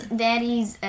daddy's